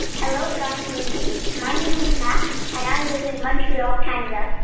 hello, guy and mindy. my name is mack. and i live in in montreal, canada.